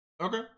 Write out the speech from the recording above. Okay